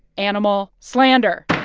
animal slander